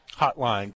Hotline